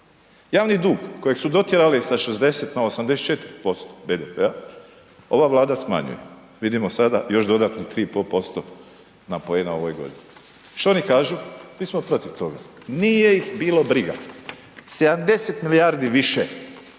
Javni dug kojeg su dotjerali sa 60 na 84% BDP-a ova Vlada smanjuje, vidimo sada još dodatnih 3,5% poena u ovoj godini. Šta oni kažu? Mi smo protiv toga. Nije ih bilo briga. 70 milijardi više